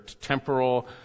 temporal